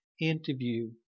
interview